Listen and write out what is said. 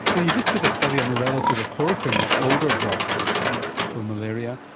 yeah you just did a study on a relative of chloroquine, that older drug for for malaria,